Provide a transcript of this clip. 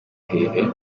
hehe